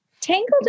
Tangled